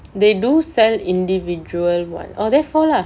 they do sell individual one oh there four lah